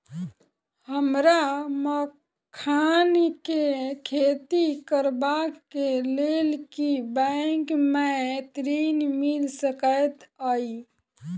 हमरा मखान केँ खेती करबाक केँ लेल की बैंक मै ऋण मिल सकैत अई?